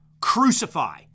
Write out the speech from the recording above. Crucify